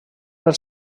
els